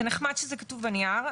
זה נחמד שזה כתוב בנייר,